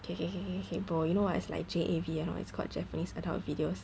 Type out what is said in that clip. K K K K boy you know what it's like J_A_V or not it's called japanese adult videos